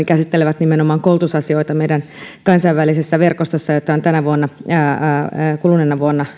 käsittelevät nimenomaan koulutusasioita meidän kansainvälisessä verkostossamme tänä vuonna kuluneena vuonna